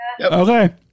Okay